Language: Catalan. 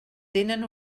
tenen